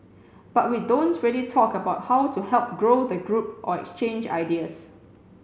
but we don't really talk about how to help grow the group or exchange ideas